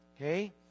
Okay